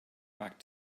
back